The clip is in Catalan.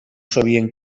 sabien